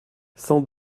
sans